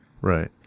right